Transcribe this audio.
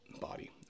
body